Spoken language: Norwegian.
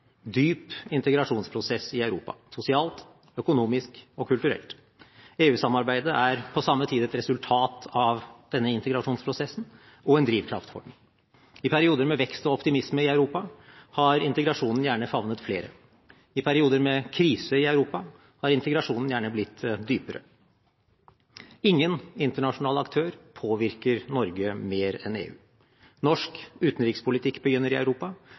dyp integrasjonsprosess i Europa – sosialt, økonomisk og kulturelt. EU-samarbeidet er på samme tid et resultat av denne integrasjonsprosessen og en drivkraft for den. I perioder med vekst og optimisme i Europa har integrasjonen gjerne favnet flere. I perioder med krise i Europa har integrasjonen gjerne blitt dypere. Ingen internasjonal aktør påvirker Norge mer enn EU. Norsk utenrikspolitikk begynner i Europa,